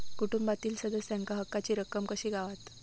कुटुंबातील सदस्यांका हक्काची रक्कम कशी गावात?